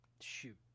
Shoot